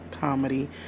Comedy